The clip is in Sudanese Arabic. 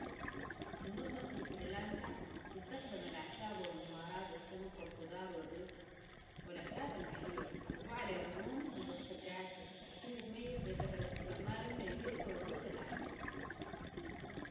المطبخ في سريلانكا بيستخدم الأعشاب والبهارات والسمك والخضار والرز والأكلات البحرية وهو على العموم مطبخ شرق اسيا لكن بيتميز بكثرة استعمالهم للقرفة والرز الأحمر